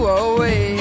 away